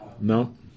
no